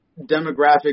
demographic